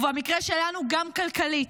ובמקרה שלנו גם כלכלית.